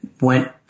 went